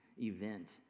event